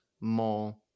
more